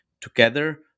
Together